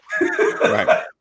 Right